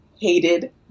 hated